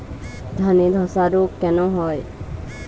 ধানে ধসা রোগ কেন হয়?